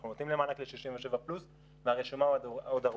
אנחנו נותנים מענק ל-67 פלוס והרשימה עוד ארוכה.